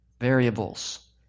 Variables